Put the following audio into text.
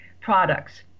products